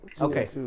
okay